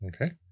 Okay